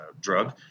drug